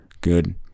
good